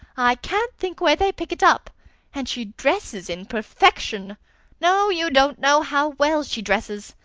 i can't think where they pick it up and she dresses in perfection no, you don't know how well she dresses.